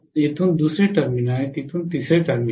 येथून दुसरे टर्मिनल आणि येथून तिसरे टर्मिनल